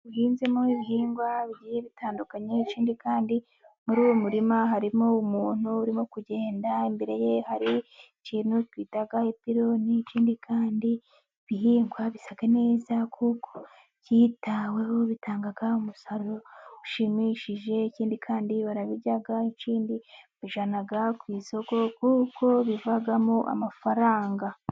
Bihinzemo ibihingwa bigiye bitandukanye ikindi kandi muri uwo murima harimo umuntu urimo kugenda imbere ye hari ikintu twita ipironi, ikindi kandi ibihingwa bisa neza kuko byitaweho bitanga umusaruro ushimishije. Ikindi kandi barabirya ikindi babijyana ku isoko kuko bivamo amafaranga.